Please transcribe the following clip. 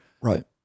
Right